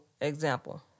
example